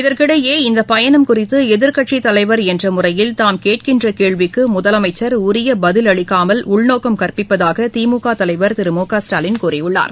இதற்கிடையே இந்தப் பயணம் குறித்து எதிர்க்கட்சித் தலைவர் என்ற முறையில் தாம் கேட்கின்ற கேள்விக்கு முதலமைச்சர் உரிய பதில் அளிக்காமல் உள்நோக்கம் கற்பிப்பதாக திமுக தலைவர் திரு மு க ஸ்டாலின் கூறியுள்ளார்